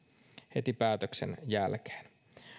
heti päätöksen jälkeen